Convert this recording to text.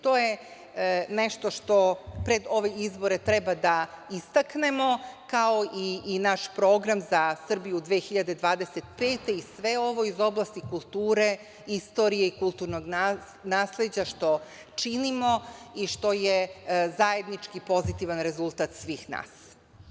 To je nešto što pred ove izbore treba da istaknemo kao i naš program za Srbiju 2025. i sve ovo iz oblasti kulture, istorije i kulturnog nasleđa što činimo i što je zajednički i pozitivan rezultat svih nas.